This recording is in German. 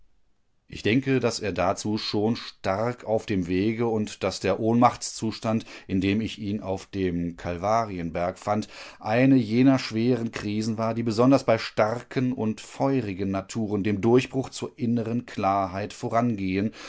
ich denke daß er dazu schon stark auf dem wege und daß der ohnmachtszustand in dem ich ihn auf dem kalvarienberg fand eine jener schweren krisen war die besonders bei starken und feurigen naturen dem durchbruch zur inneren klarheit vorangehen